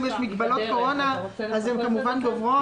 כמובן שאם יש מגבלות קורונה אז הן כמובן גוברות.